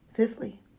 Fifthly